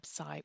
website